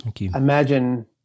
imagine